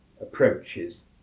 approaches